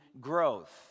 growth